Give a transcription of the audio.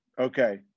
Okay